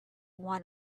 one